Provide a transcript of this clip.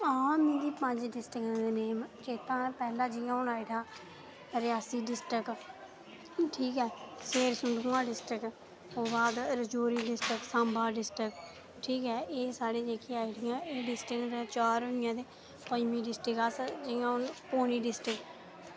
हां मिगी पंज डिस्टिकें दे नेम चेता न पैह्ला जि'यां हून आई रियासी डिस्टिक ठीक ऐ फिर सुंज्जुआं डिस्टिकओह्दे बाद आई आ रजौरी डिस्टिक सांबा डिस्टिक एह् डिस्टिक ते चार होइयांं ते पजंमी डिस्टिक अस जि'यां हून पौनी डिस्टिक